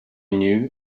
knew